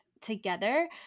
together